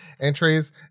Entries